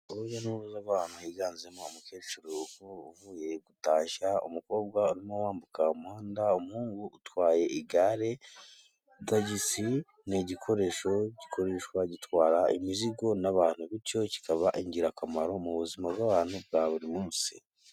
Urujya n'uruza rw'abantu higanjemo umukecuru uvuye gutashya, umukobwa urimo wambuka umuhanda, umuhungu utwaye igare. Tagisi ni igikoresho gikoreshwa gitwara imizigo n'abantu, bityo kikaba ingirakamaro mu buzima bw'abantu bwa buri munsi.